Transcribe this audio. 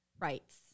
rights